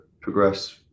progress